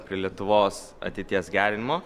prie lietuvos ateities gerinimo